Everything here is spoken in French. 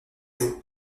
vous